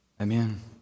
Amen